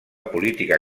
política